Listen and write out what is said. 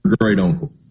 great-uncle